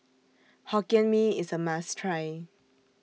Hokkien Mee IS A must Try